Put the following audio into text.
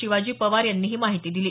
शिवाजी पवार यांनी ही माहिती दिली